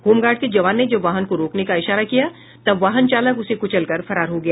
home guard के जवान ने जब वाहन को रूकने का इशारा किया तब वाहन चालक उसे कुचल कर फरार हो गया